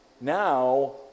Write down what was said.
Now